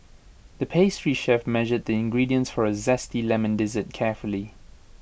the pastry chef measured the ingredients for A Zesty Lemon Dessert carefully